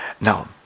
Now